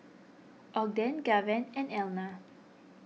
Ogden Gaven and Elna